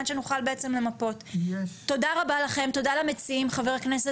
על מנת שנוכל למפות.